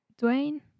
Dwayne